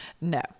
no